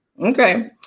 Okay